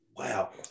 Wow